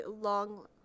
long